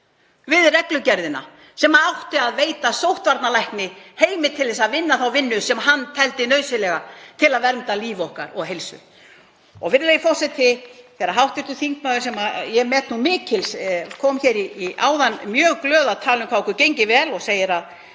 við reglugerðina sem átti að veita sóttvarnalækni heimild til að vinna þá vinnu sem hann taldi nauðsynlega til að vernda líf okkar og heilsu. Virðulegi forseti. Hv. þingmaður, sem ég met mikils, kom hér áðan mjög glöð og talar um hvað okkur gengi vel og segir að